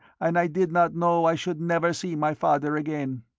and i did not know i should never see my father again.